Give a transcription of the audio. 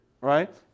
Right